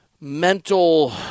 mental